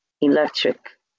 electric